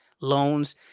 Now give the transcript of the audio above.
loans